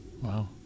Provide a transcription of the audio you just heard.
wow